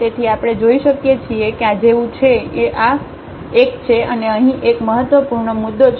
તેથી આપણે જોઈ શકીએ છીએ કે આ આ જેવું છે આ આ આ એક છે અને અહીં અહીં એક મહત્વપૂર્ણ મુદ્દો છે